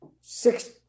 six